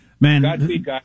Man